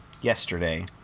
yesterday